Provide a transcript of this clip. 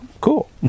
cool